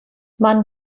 man